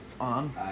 On